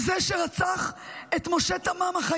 זה שרצח את החייל משה תמם,